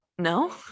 No